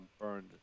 burned